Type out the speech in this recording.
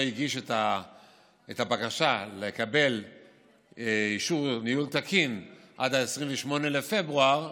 הגיש את הבקשה לקבל אישור לניהול תקין עד 28 בפברואר,